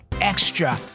extra